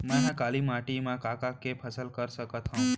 मै ह काली माटी मा का का के फसल कर सकत हव?